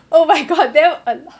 oh my god damn